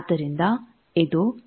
ಆದ್ದರಿಂದ ಇದು 0